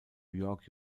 york